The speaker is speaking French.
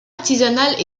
artisanales